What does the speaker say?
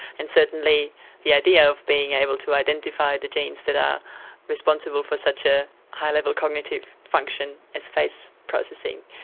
and certainly the idea of being able to identify the genes that are responsible for such a high level cognitive function as face processing.